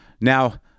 Now